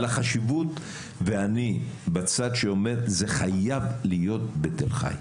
על החשיבות ואני בצד שאומר זה חייב להיות בתל חי,